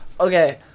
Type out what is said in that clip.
Okay